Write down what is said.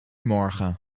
morgen